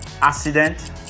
Accident